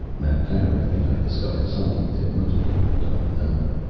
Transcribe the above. mapfarity and i discovered something that most people don't know,